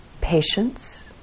patience